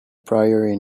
priori